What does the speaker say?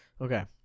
okay